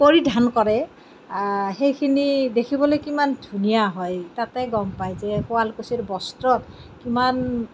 পৰিধান কৰে সেইখিনি দেখিবলৈ কিমান ধুনীয়া হয় তাতেই গম পায় যে শুৱালকুছিৰ বস্ত্ৰত কিমান